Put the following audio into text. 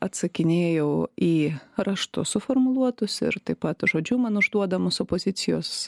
atsakinėjau į raštu suformuluotus ir taip pat žodžiu man užduodamus opozicijos